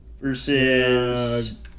versus